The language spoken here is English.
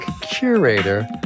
curator